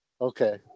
Okay